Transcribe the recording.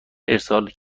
ارسال